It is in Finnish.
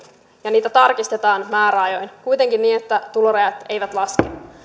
ja niitä tarkistetaan määräajoin kuitenkin niin että tulorajat eivät